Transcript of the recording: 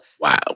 wow